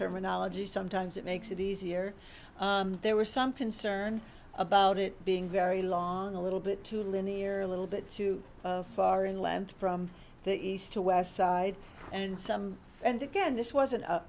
terminology sometimes it makes it easier there was some concern about it being very long a little bit too linear a little bit too far in length from east to west side and some and again this was